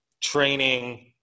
training